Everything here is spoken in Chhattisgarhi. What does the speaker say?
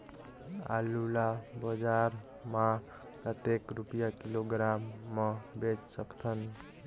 आलू ला बजार मां कतेक रुपिया किलोग्राम म बेच सकथन?